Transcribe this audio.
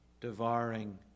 devouring